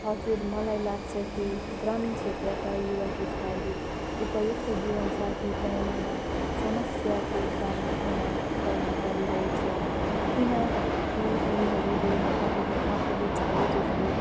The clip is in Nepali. हजुर मलाई लाग्छ कि ग्रामीण क्षेत्रका युवा पुस्ताले उपयुक्त जीवन साथी पाउनमा समस्याको सामना गर्न परिरहेछ किनकि उनीहरूले अहिले आफूले चाहे जस्तो